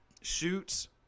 shoots